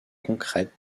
concrète